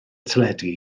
teledu